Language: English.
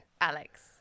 Alex